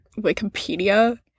Wikipedia